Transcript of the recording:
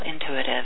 intuitive